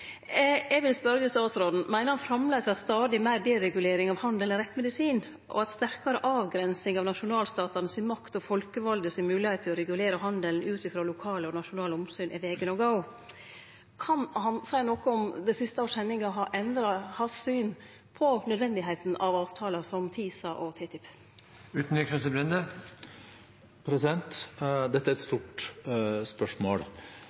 Eg vil spørje statsråden: Meiner han framleis at stadig meir deregulering av handel er rett medisin, og at sterkare avgrensing av nasjonalstatane si makt og folkevalde si moglegheit til å regulere handelen ut ifrå lokale og nasjonale omsyn er vegen å gå? Kan han seie noko om hendingane det siste året har endra hans syn på om avtalar som TISA og TTIP er nødvendige? Dette er et stort spørsmål.